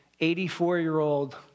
84-year-old